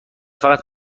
فقط